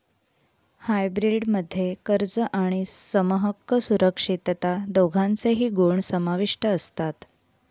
hybrid मध्ये कर्ज आणि समहक्क सुरक्षितता दोघांचेही गुण समाविष्ट असतात